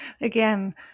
Again